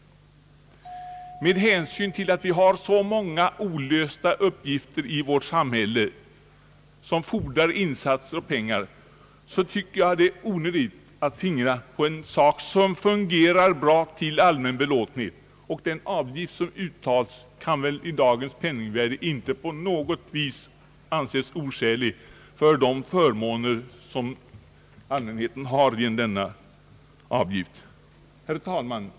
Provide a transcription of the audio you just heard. Med hänsyn till att vi har så många olösta problem i vårt samhälle, som fordrar insatser och pengar, tycker jag att det är onödigt att fingra på en sak som fungerar bra och till allmän belåtenhet. Den avgift som uttages kan väl i dagens penningvärde inte på något sätt anses oskälig för de förmåner som allmänheten åtnjuter genom denna avgift. Herr talman!